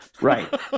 Right